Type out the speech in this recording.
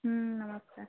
ନମସ୍କାର